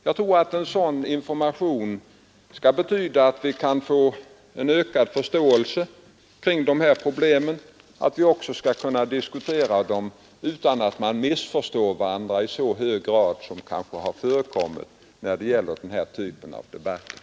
Jag tror att en sådan information betyder ökad förståelse för dessa problem liksom att vi skall kunna diskutera dem utan att missförstå varandra i så hög grad som kanske har förekommit i den här typen av debatter.